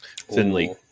thinly